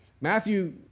Matthew